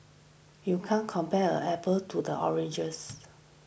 you can't compare apples to the oranges